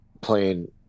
playing